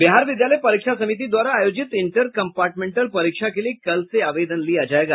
बिहार विद्यालय परीक्षा समिति द्वारा आयोजित इंटर कंपार्टमेंटल परीक्षा के लिए कल से आवेदन लिया जायेगा